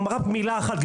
רק מילה אחת.